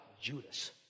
Judas